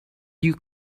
you